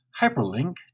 hyperlink